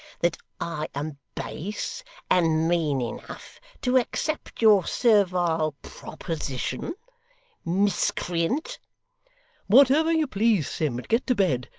that i am base and mean enough to accept your servile proposition miscreant whatever you please, sim, but get to bed.